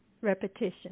repetition